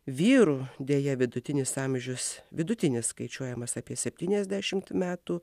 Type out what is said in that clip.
vyrų deja vidutinis amžius vidutinis skaičiuojamas apie septyniasdešimt metų